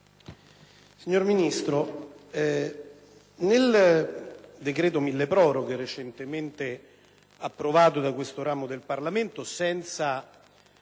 signor Ministro, nel decreto milleproroghe recentemente approvato da questo ramo del Parlamento senza